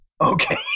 Okay